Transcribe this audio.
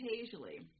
occasionally